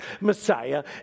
Messiah